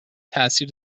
تاثیر